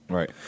Right